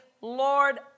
Lord